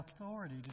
authority